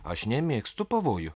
aš nemėgstu pavojų